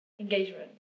engagement